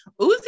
Uzi